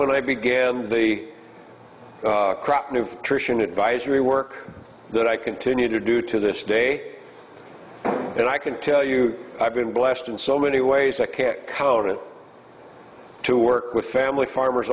when i began the crop nutrition advisory work that i continue to do to this day and i can tell you i've been blessed in so many ways that cat conan to work with family farmers